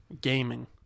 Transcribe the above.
Gaming